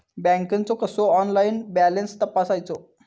बँकेचो कसो online balance तपासायचो?